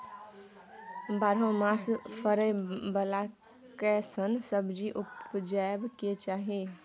बारहो मास फरै बाला कैसन सब्जी उपजैब के चाही?